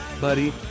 buddy